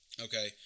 Okay